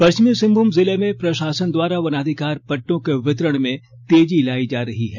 पश्चिमी सिंहभूम जिले में प्रशासन द्वारा वनाधिकार पट्टो के वितरण में तेजी लाई जा रही है